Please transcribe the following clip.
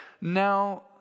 now